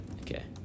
Okay